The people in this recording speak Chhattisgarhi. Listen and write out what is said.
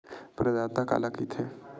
प्रदाता काला कइथे?